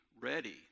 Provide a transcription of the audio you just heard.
ready